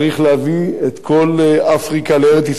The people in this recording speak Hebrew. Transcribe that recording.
לארץ-ישראל וצריך למסור את הנפש על כך.